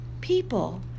people